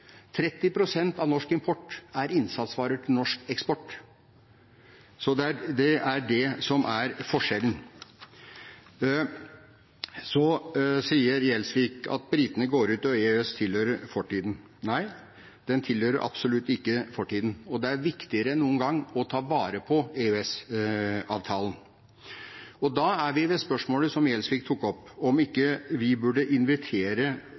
av norsk import er innsatsvarer til norsk eksport. Det er det som er forskjellen. Så sier representanten Gjelsvik at britene går ut, og EØS tilhører fortiden. Nei, det tilhører absolutt ikke fortiden, og det er viktigere enn noen gang å ta vare på EØS-avtalen. Da er vi ved spørsmålet som Gjelsvik tok opp, om ikke vi burde invitere